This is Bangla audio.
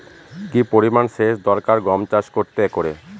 কি পরিমান সেচ দরকার গম চাষ করতে একরে?